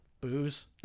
Booze